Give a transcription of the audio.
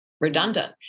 redundant